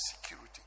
security